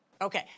Okay